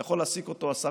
אתה יכול להעסיק אותו 10%,